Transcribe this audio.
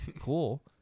cool